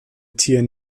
tier